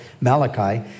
Malachi